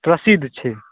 प्रसिद्ध छै